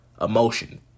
emotion